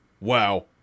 Wow